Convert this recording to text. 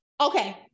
okay